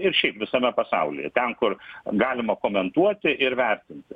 ir šiaip visame pasaulyje ten kur galima komentuoti ir vertinti